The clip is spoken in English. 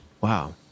wow